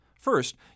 First